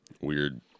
weird